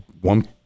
one